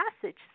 passage